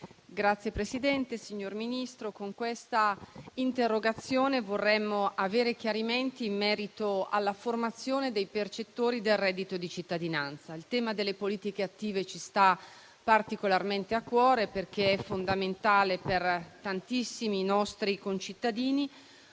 *(Az-IV-RE)*. Signor Ministro, con questa interrogazione vorremmo avere chiarimenti in merito alla formazione dei percettori del reddito di cittadinanza. Il tema delle politiche attive ci sta particolarmente a cuore, perché è fondamentale per tantissimi nostri concittadini,